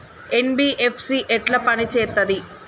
NBFC ఎట్ల పని చేత్తది?